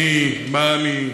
מה אני,